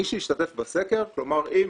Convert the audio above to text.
מי שהשתתף בסקר, כלומר אנחנו